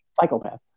psychopath